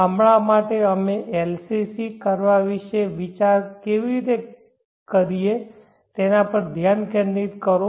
હમણાં માટે અમે LCC કરવા વિશે કેવી રીતે જઈએ તેના પર ધ્યાન કેન્દ્રિત કરો